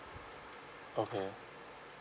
okay